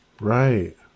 Right